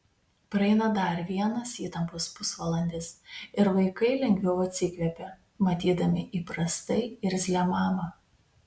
praeina dar vienas įtampos pusvalandis ir vaikai lengviau atsikvepia matydami įprastai irzlią mamą